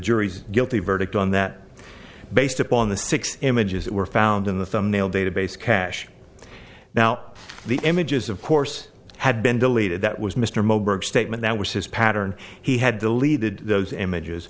jury's guilty verdict on that based upon the six images that were found in the thumbnail database cache now the images of course had been deleted that was mr moberg statement that was his pattern he had deleted those images